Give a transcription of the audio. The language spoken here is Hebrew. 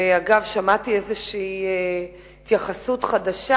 אגב, שמעתי איזו התייחסות חדשה,